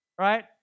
Right